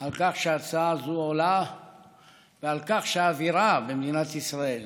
על כך שההצעה הזאת עולה ועל כך שהאווירה במדינת ישראל